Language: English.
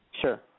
Sure